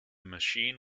machine